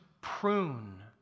prune